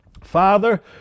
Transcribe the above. Father